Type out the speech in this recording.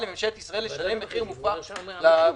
לממשלת ישראל לשלם מחיר מופקע למאפיות.